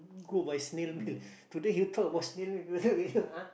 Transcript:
go by snail mail today you talk about snail mail people will be !huh!